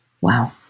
wow